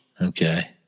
Okay